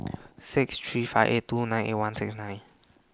six three five eight two nine eight one six nine